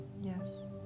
Yes